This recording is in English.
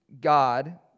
God